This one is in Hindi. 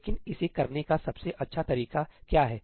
लेकिन इसे करने का सबसे अच्छा तरीका क्या है